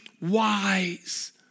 wise